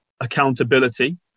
Accountability